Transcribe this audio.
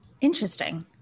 Interesting